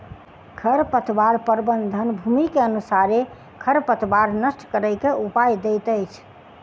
खरपतवार प्रबंधन, भूमि के अनुसारे खरपतवार नष्ट करै के उपाय दैत अछि